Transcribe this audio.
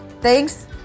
thanks